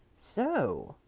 so?